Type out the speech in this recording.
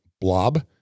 blob